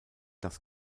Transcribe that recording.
das